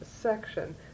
section